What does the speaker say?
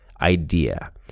idea